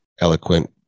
eloquent